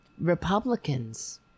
Republicans